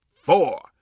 four